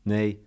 Nee